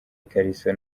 ikariso